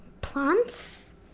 plants